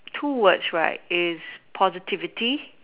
two words right is positivity